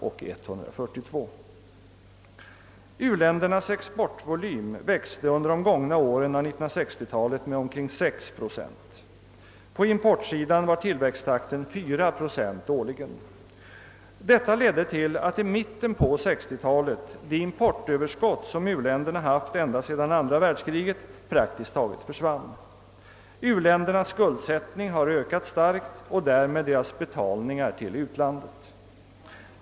U-ländernas exportvolym växte under de gångna åren av 1960-talet med omkring 6 procent. På importsidan var tillväxttakten 4 procent årligen. Detta ledde i mitten av 1960-talet till att det importöverskott som u-länderna haft ända sedan andra världskriget praktiskt taget försvann. U-ländernas skuldsättning har ökat starkt och därmed deras betalningar till utlandet.